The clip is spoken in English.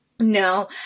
No